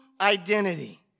identity